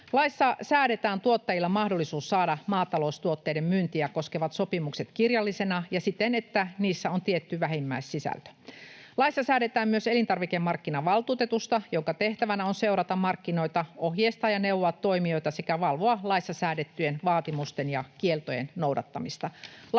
Laissa säädetään tuottajille mahdollisuus saada maataloustuotteiden myyntiä koskevat sopimukset kirjallisina ja siten, että niissä on tietty vähimmäissisältö. Laissa säädetään myös elintarvikemarkkinavaltuutetusta, jonka tehtävänä on seurata markkinoita, ohjeistaa ja neuvoa toimijoita sekä valvoa laissa säädettyjen vaatimusten ja kieltojen noudattamista.